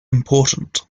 important